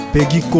Peggy